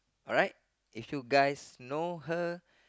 alright if you guys know her